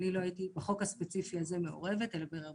אני לא הייתי מעורבת בחוק הספציפי הזה אלא באחרים.